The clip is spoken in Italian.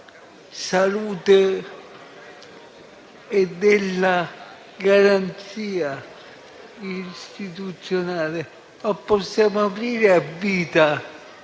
salute e della garanzia istituzionale? Possiamo aprire a vita,